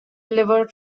liver